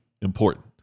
important